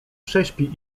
prześpi